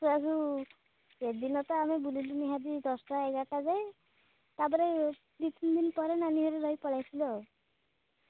ଆସୁ ଆସୁ ସେଦିନ ତ ଆମେ ବୁଲିଲୁ ନିହାତି ଦଶଟା ଏଗାରଟା ଯାଏ ତା'ପରେ ଦୁଇ ତିନିଦିନ ପରେ ନାନୀ ଘରେ ରହି ପଳାଇ ଆସିଲୁ ଆଉ